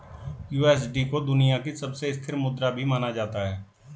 USD को दुनिया की सबसे स्थिर मुद्रा भी माना जाता है